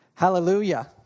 Hallelujah